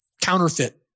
counterfeit